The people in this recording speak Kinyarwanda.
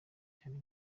cyane